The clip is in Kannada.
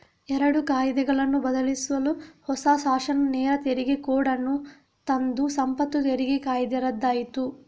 ಎರಡು ಕಾಯಿದೆಗಳನ್ನು ಬದಲಿಸಲು ಹೊಸ ಶಾಸನ ನೇರ ತೆರಿಗೆ ಕೋಡ್ ಅನ್ನು ತಂದು ಸಂಪತ್ತು ತೆರಿಗೆ ಕಾಯ್ದೆ ರದ್ದಾಯ್ತು